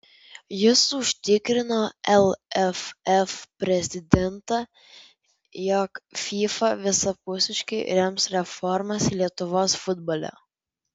jis užtikrino lff prezidentą jog fifa visapusiškai rems reformas lietuvos futbole